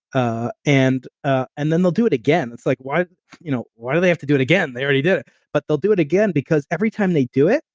ah and ah and then they'll do it again. it's like, why you know why do they have to do it again? they already did it. but they'll do it again because every time they do it,